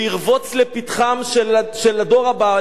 וירבוץ לפתחם של הדור הבא.